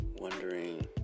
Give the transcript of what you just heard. wondering